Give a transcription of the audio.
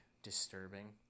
disturbing